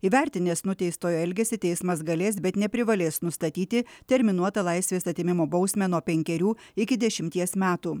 įvertinęs nuteistojo elgesį teismas galės bet neprivalės nustatyti terminuotą laisvės atėmimo bausmę nuo penkerių iki dešimties metų